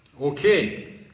Okay